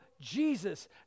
Jesus